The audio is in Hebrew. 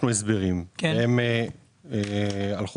אתם לא